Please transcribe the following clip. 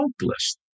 hopeless